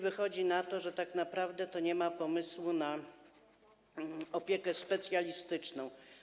Wychodzi na to, że tak naprawdę nie ma pomysłu na opiekę specjalistyczną.